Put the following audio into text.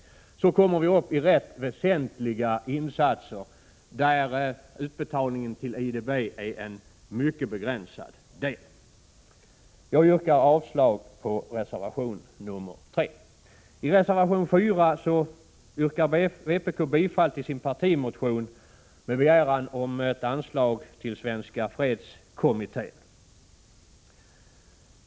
Därmed kommer vi upp i ganska väsentliga insatser, där utbetalningen till IDB är en mycket begränsad del. Jag yrkar avslag på reservation 3. I reservation 4 yrkar vpk bifall till sin partimotion med begäran om ett anslag till Svenska fredskommittén.